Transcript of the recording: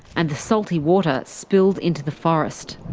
and the salty water spilled into the forest.